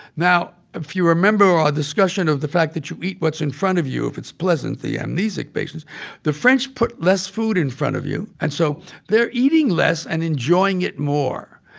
now, if you remember our discussion of the fact that you eat what's in front of you if it's pleasant the amnesic patients the french put less food in front of you, and so they're eating less and enjoying it more.